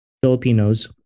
Filipinos